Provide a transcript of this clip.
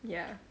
ya